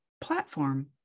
platform